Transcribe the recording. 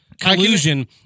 collusion